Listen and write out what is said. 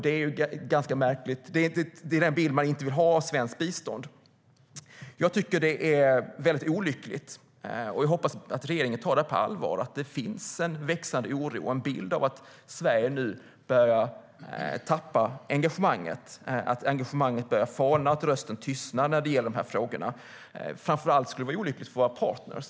Det är inte en bild man vill ha av svenskt bistånd. Jag tycker att det är väldigt olyckligt, och jag hoppas att regeringen tar på allvar att det finns en växande oro och en bild av att Sverige nu börjar tappa engagemanget, att engagemanget börjar falna och att rösten tystnar när det gäller dessa frågor. Framför allt skulle det vara olyckligt för våra partner.